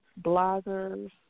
bloggers